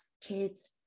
kids